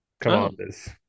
Commanders